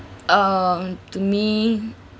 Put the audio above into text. um to me